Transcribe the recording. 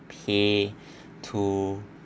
pay to